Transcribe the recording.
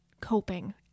coping